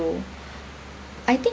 I think